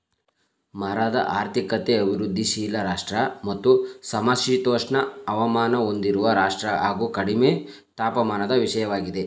ಮರದ ಆರ್ಥಿಕತೆ ಅಭಿವೃದ್ಧಿಶೀಲ ರಾಷ್ಟ್ರ ಮತ್ತು ಸಮಶೀತೋಷ್ಣ ಹವಾಮಾನ ಹೊಂದಿರುವ ರಾಷ್ಟ್ರ ಹಾಗು ಕಡಿಮೆ ತಾಪಮಾನದ ವಿಷಯವಾಗಿದೆ